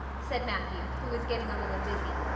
said matthew, who was getting a little dizzy.